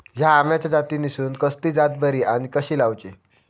हया आम्याच्या जातीनिसून कसली जात बरी आनी कशी लाऊची?